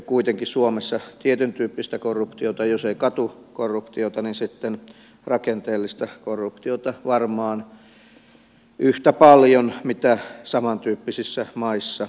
kuitenkin suomessa on tietyntyyppistä korruptiota jos ei katukorruptiota niin sitten rakenteellista korruptiota varmaan yhtä paljon kuin samantyyppisissä maissa muutenkin